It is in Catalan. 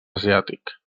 asiàtic